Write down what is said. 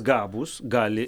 gabūs gali